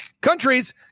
countries